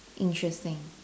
interesting